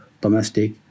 domestic